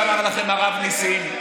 תעשו מה שאמר לכם הרב ניסים.